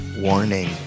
Warning